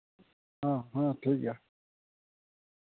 ᱦᱮᱸ ᱦᱮᱸ ᱴᱷᱤᱠ ᱜᱮᱭᱟ